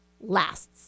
lasts